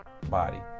body